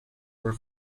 were